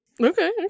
okay